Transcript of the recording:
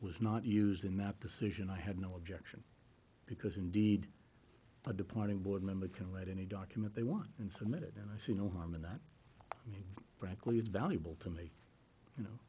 was not used in that decision i had no objection because indeed a departing board member can read any document they want and submit it and i see no harm in that and frankly it's valuable to me you know